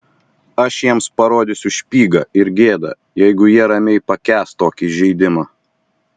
aš jiems parodysiu špygą ir gėda jeigu jie ramiai pakęs tokį įžeidimą